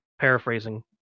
paraphrasing